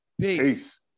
Peace